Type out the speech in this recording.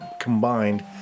combined